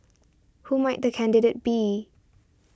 who might the candidate be